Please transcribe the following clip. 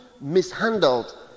mishandled